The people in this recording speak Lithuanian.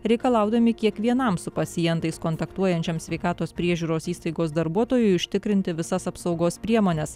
reikalaudami kiekvienam su pacientais kontaktuojančiam sveikatos priežiūros įstaigos darbuotojui užtikrinti visas apsaugos priemones